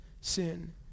sin